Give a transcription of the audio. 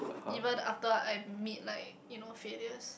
even after I'm meet like you know failures